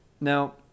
Now